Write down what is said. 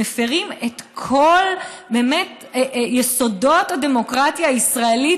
מפירים את כל יסודות הדמוקרטיה הישראלית,